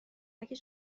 اگه